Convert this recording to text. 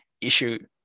issue